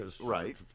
Right